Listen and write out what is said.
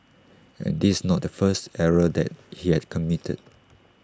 and this is not the first error that he had committed